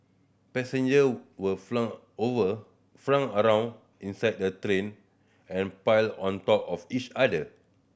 passenger were flung over flung around inside the train and piled on top of each other